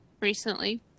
recently